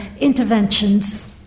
interventions